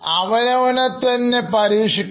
അവനവനെത്തന്നെ പരീക്ഷിക്കണം